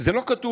זה לא כתוב